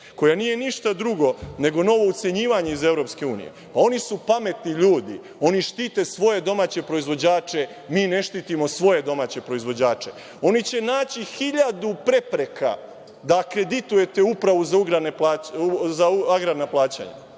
koja nije ništa drugo, nego novo ucenjivanje iz EU. Oni su pametni ljudi, oni štite svoje domaće porizvođače. Mi ne štitimo svoje domaće proizvođače. Oni će naći 1.000 prepreka da akreditujete Upravu za agrarna plaćanja